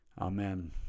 Amen